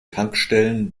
tankstellen